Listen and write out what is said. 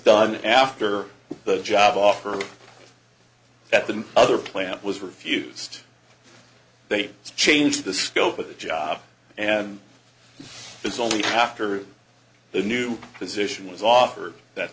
done after the job offer that the other plant was refused they've changed the scope of the job and it's only after the new position is offered that